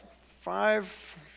five